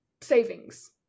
savings